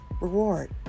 reward